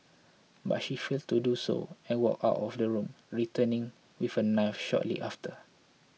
but she failed to do so and walked out of the room returning with a knife shortly after